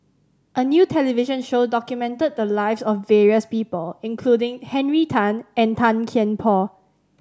a new television show documented the lives of various people including Henry Tan and Tan Kian Por